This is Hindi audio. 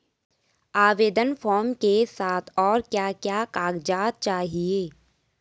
आवेदन फार्म के साथ और क्या क्या कागज़ात चाहिए?